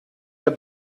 der